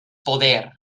poder